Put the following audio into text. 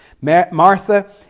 Martha